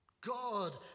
God